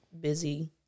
busy